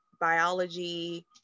Biology